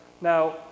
Now